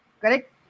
Correct